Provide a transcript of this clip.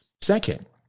Second